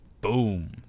Boom